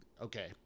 okay